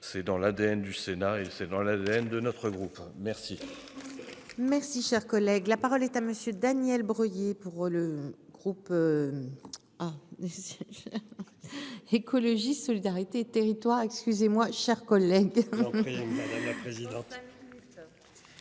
C'est dans l'ADN du Sénat et c'est dans la veine de notre groupe. Merci. Merci, cher collègue, la parole est à Monsieur Daniel Breuiller pour le groupe. Ah. Écologiste solidarité et territoires excusez-moi chers collègues. Et madame la présidente.